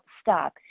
stop